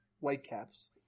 Whitecaps